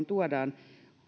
tuodaan